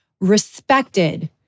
respected